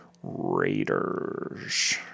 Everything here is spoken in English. Raiders